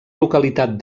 localitat